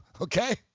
Okay